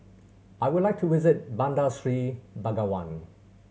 I would like to visit Bandar Seri Begawan